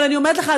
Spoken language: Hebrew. אבל אני אומרת לך,